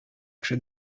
кеше